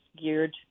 geared